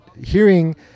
hearing